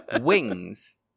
Wings